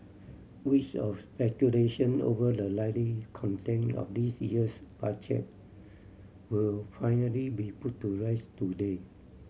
weeks of speculation over the likely content of this year's Budget will finally be put to rest today